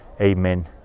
Amen